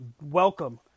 Welcome